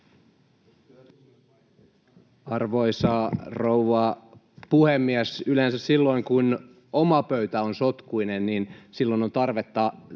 Arvoisa rouva puhemies! Yleensä silloin, kun oma pöytä on sotkuinen, on tarvetta huudella